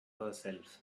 herself